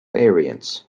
variants